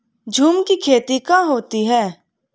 झूम की खेती कहाँ होती है?